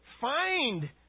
find